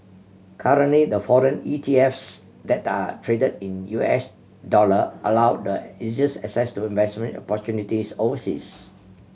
currently the foreign E T Fs that are traded in U S dollar allow the easiest access to investment opportunities overseas